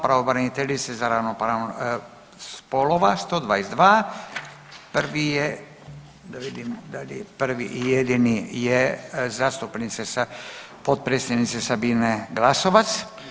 Pravobraniteljice za ravnopravnost spolova 122, prvi je, da vidim dali je prvi i jedini, je, zastupnice, potpredsjednice Sabine Glasovac.